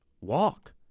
Walk